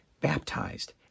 baptized